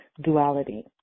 duality